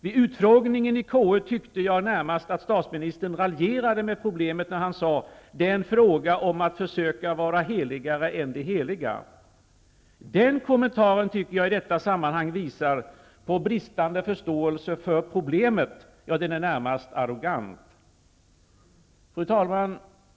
Vid utfrågningen i KU tyckte jag närmast att statsministern raljerade med problemet när han sade: ''Det är en fråga om att försöka vara heligare än de heliga.'' Den kommentaren tycker jag i detta sammanhang visar på brist på förståelse för problemet, ja kommentaren är närmast arrogant. Fru talman!